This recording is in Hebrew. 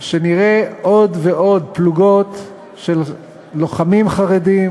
שנראה עוד ועוד פלוגות של לוחמים חרדים,